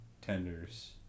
tenders